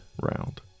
round